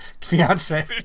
fiance